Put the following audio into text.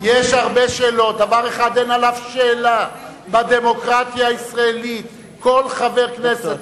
דבר אחד אין עליו שאלה: בדמוקרטיה הישראלית כל חבר כנסת,